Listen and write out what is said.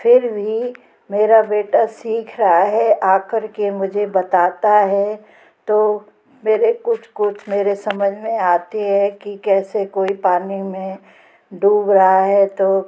फिर भी मेरा बेटा सीख रहा है आ कर के मुझे बताता है तो मेरे कुछ कुछ मेरे समझ में आता है कि कैसे कोई पानी में डूब रहा है तो